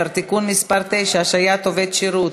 (תיקון מס' 9) (השעיית עובד שירות),